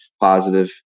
positive